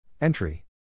Entry